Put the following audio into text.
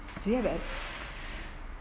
do you have an